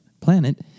planet